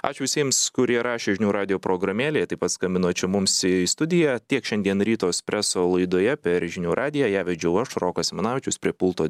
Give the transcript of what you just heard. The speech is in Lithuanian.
ačiū visiems kurie rašė į žinių radijo programėlę taip pat skambino čia mums į studiją tiek šiandien ryto ekspreso laidoje per žinių radiją ją vedžiau aš rokas simanavičius prie pulto